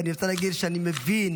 ואני רוצה להגיד שאני מבין,